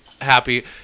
Happy